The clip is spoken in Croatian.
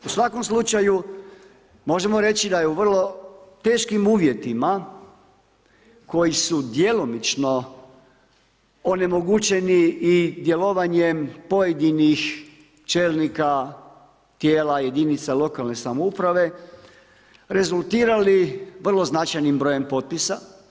U svakom slučaju možemo reći, da je u vrlo teškim uvjetima, koji su djelomično onemogućeni i djelovanjem pojedinih čelnika tijela jedinica lokalne samouprave rezultirali vrlo značajnim brojem potpisa.